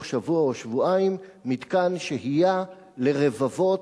שבוע או שבועיים מתקן שהייה לרבבות,